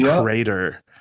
crater